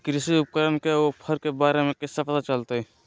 कृषि उपकरण के ऑफर के बारे में कैसे पता चलतय?